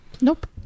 Nope